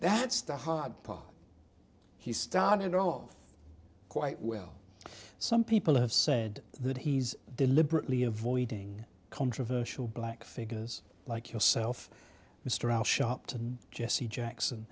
that's the hard part he started off quite well some people have said that he's deliberately avoiding controversial black figures like yourself mr al sharpton jesse jackson